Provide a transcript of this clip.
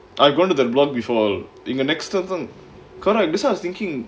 I gone to the block before before in the next correct that's why I was thinking